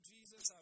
Jesus